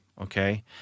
okay